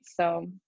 So-